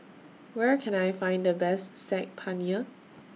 Where Can I Find The Best Saag Paneer